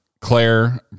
Claire